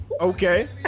Okay